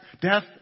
death